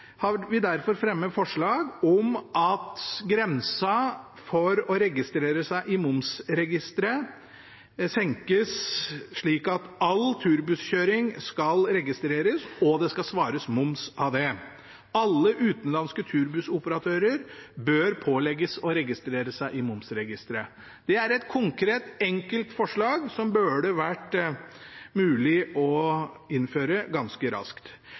har vi derfor fremmet forslag om at grensen for å registrere seg i momsregisteret senkes slik at all turbusskjøring skal registreres og svares moms av. Alle utenlandske turbussoperatører bør pålegges å registrere seg i momsregisteret. Det er et konkret, enkelt forslag som det burde være mulig å innføre ganske raskt.